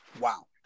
Wow